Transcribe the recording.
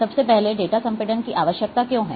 सबसे पहले डेटा संपीड़न की आवश्यकता क्यों है